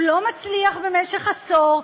הוא לא מצליח במשך עשור,